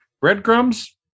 Breadcrumbs